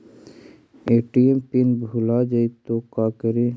ATM PIN भुला जाए तो का करी?